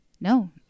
No